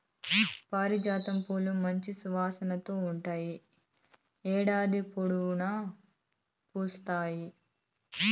పారిజాతం పూలు మంచి సువాసనతో ఉంటాయి, ఏడాది పొడవునా పూస్తాయి